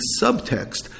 subtext